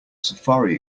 safari